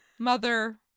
Mother